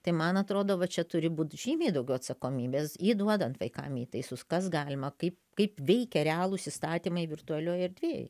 tai man atrodo va čia turi būt žymiai daugiau atsakomybės įduodant vaikams įtaisus kas galima kaip kaip veikia realūs įstatymai virtualioj erdvėj